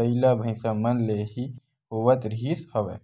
बइला, भइसा मन ले ही होवत रिहिस हवय